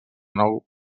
nou